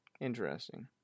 Interesting